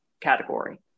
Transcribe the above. category